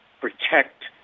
protect